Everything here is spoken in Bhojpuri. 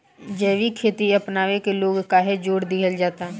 जैविक खेती अपनावे के लोग काहे जोड़ दिहल जाता?